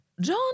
John